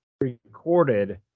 recorded